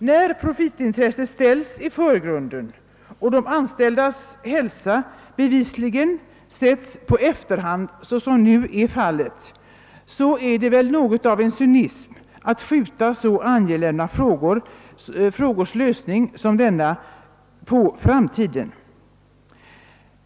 När profitintresset ställs i förgrunden och de anställdas hälsa bevisligen sätts i efterhand, såsom nu är fallet, är det en cynism att skjuta lösningen av så angelägna frågor som denna på framtiden.